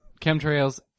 Chemtrails